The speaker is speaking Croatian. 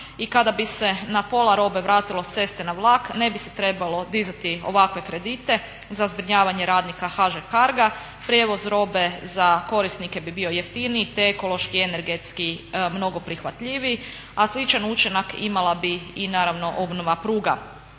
i kada bi se na pola robe vratilo s ceste na vlak ne bi se trebalo dizati ovakve kredite za zbrinjavanje radnika HŽ Carga, prijevoz robe za korisnike bi bio jeftiniji te ekološki i energetski mnogo prihvatljiviji, a sličan učinak imala bi i naravno obnova pruga.